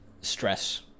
stress